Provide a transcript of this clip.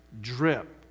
drip